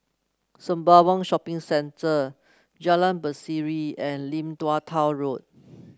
Sembawang Shopping Centre Jalan Berseri and Lim Tua Tow Road